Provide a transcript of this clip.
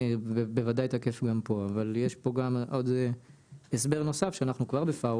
תעודות ואגרות) (תיקון) (תיקון מס' 2),